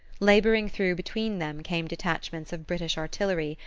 labouring through between them came detachments of british artillery,